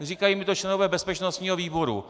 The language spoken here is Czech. Říkají mi to členové bezpečnostního výboru.